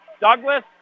Douglas